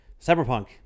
Cyberpunk